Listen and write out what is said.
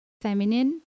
feminine